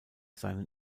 seinen